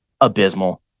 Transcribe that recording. abysmal